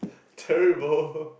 terrible